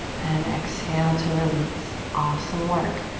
and exhale to release. awesome work.